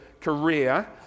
career